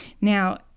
Now